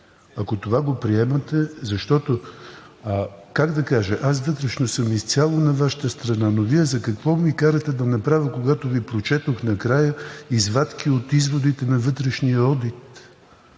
Ако това го приемате… Защото, как да кажа, аз вътрешно съм изцяло на Ваша страна, но Вие какво ме карате да направя, когато Ви прочетох накрая извадки от изводите на вътрешния одит?